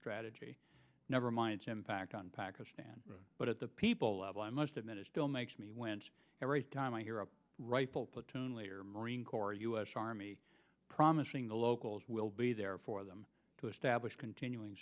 strategy never mind its impact on pakistan but at the people level i must admit it still makes me wince every time i hear a rifle platoon leader marine corps us army promising the locals will be there for them to establish continuing